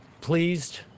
pleased